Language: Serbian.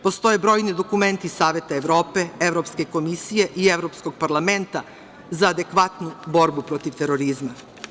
Postoje brojni dokumenti Saveta Evrope, Evropske komisije i Evropskog parlamenta za adekvatnu borbu protiv terorizma.